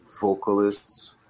vocalists